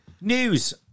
News